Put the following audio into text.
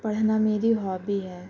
پڑھنا میری ہابی ہے